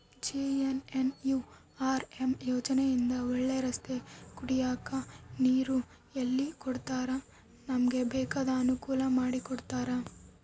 JNNURM ಯೋಜನೆ ಇಂದ ಒಳ್ಳೆ ರಸ್ತೆ ಕುಡಿಯಕ್ ನೀರು ಎಲ್ಲ ಕೊಡ್ತಾರ ನಮ್ಗೆ ಬೇಕಾದ ಅನುಕೂಲ ಮಾಡಿಕೊಡ್ತರ